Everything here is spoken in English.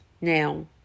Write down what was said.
now